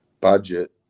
budget